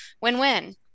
win-win